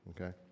okay